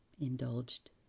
indulged